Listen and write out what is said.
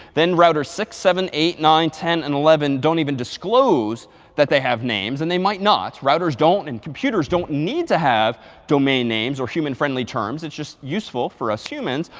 then router six, seven, eight, nine, ten, and eleven don't even disclose that they have names. and they might not. routers don't and computers don't need to have domain names or human-friendly terms, it's just useful for us humans.